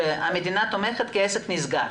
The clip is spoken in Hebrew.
שהמדינה תומכת כי העסק נסגר.